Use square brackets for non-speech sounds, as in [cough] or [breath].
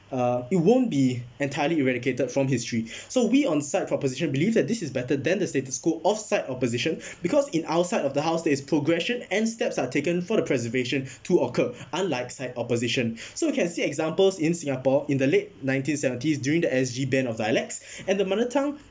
uh it won't be entirely eradicated from history [breath] so we on side proposition believe that this is better than the status quo of side opposition because in outside of the house there's progression and steps are taken for the preservation to occur unlike side opposition [breath] so we can see examples in singapore in the late nineteen seventies during the S_G ban of dialects and the mother tongue